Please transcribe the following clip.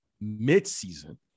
mid-season